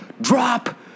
drop